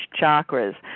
chakras